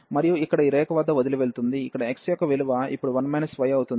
మరియు ఇక్కడ ఈ రేఖ వద్ద వదిలివెళ్తుంది ఇక్కడ x యొక్క విలువ ఇప్పుడు 1 y అవుతుంది